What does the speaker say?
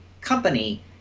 company